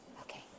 Okay